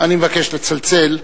אני מבקש לצלצל.